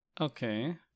okay